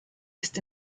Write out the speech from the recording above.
ist